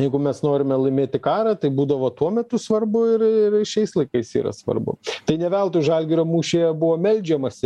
jeigu mes norime laimėti karą tai būdavo tuo metu svarbu ir šiais laikais yra svarbu tai ne veltui žalgirio mūšyje buvo meldžiamasi